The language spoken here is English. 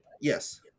Yes